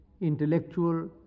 intellectual